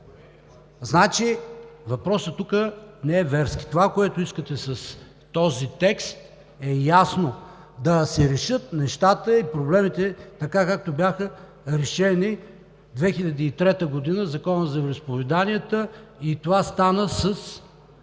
Значи въпросът тук не е верски. Това, което искате с този текст, е ясно – да се решат нещата и проблемите, така както бяха решени през 2003 г. в Закона за вероизповеданията. Това стана с